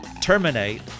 terminate